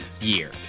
year